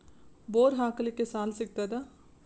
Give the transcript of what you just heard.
Bore ಹಾಕಲಿಕ್ಕ ಸಾಲ ಸಿಗತದ?